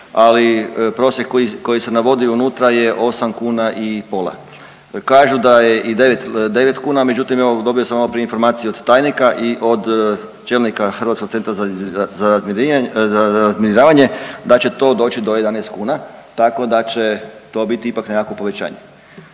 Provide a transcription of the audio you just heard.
Ali prosjek koji se navodi unutra je osam kuna i pola. Kažu da je i 9 kuna, međutim evo dobio sam malo prije informaciju od tajnika i od čelnika Hrvatskog centra za razminiravanje da će to doći do 11 kuna, tako da će to biti ipak nekakvo povećanje.